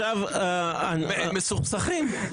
מסוכסכים.